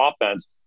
offense